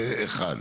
זה אחד.